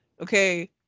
Okay